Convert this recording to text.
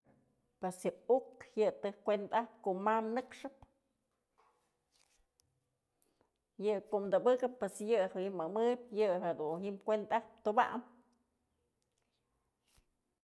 Pues yë uk yë tëjkuenda ajpë ko'o ma nëkxëp yë kom dubëkëp pues yë je'e jim mëmëbyë yë jedun kuenda'ajpë tubam.